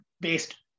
based